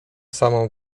samą